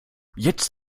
jetzt